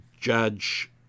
Judge